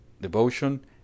Devotion